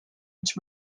its